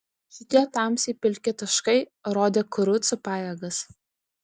šitie tamsiai pilki taškai rodė kurucų pajėgas